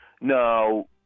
no